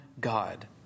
God